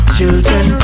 Children